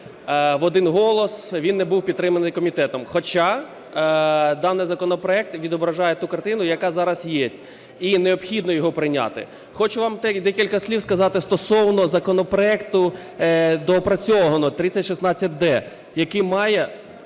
в один голос він не був підтриманий комітетом. Хоча даний законопроект відображає ту картину, яка зараз є. І необхідно його прийняти. Хочу вам декілька слів сказати стосовно законопроекту доопрацьованого 3016-д, який має